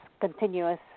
continuous